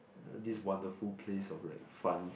uh this wonderful place of like fun